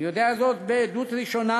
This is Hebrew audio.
אני יודע זאת מעדות ראשונה,